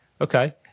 Okay